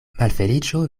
malfeliĉo